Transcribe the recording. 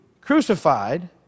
crucified